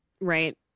Right